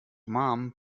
mom